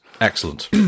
Excellent